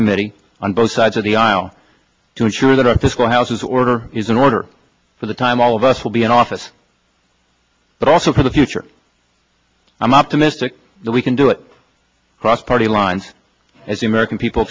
committee on both sides of the aisle to ensure that our fiscal house in order is in order for the time all of us will be in office but also for the future i'm optimistic that we can do it across party lines as the american people